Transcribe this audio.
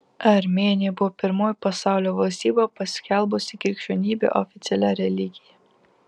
armėnija buvo pirmoji pasaulio valstybė paskelbusi krikščionybę oficialia religija